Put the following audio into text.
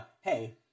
hey